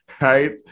Right